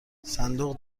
صندوق